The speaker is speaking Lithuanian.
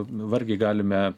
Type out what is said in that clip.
vargiai galime